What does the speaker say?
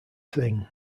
thing